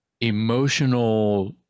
emotional